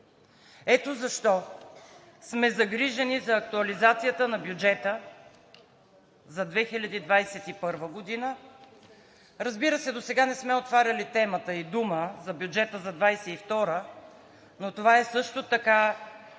Ето защо сме загрижени за актуализацията на бюджета за 2021 г. Разбира се, досега не сме отваряли тема и дума за бюджета за 2022 г., но това е също така